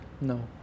No